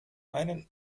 einen